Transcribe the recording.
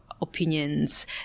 opinions